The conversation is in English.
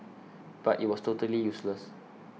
but it was totally useless